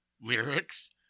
lyrics